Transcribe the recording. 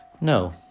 No